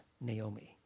Naomi